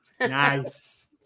Nice